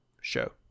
show